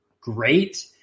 great